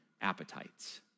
appetites